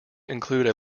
include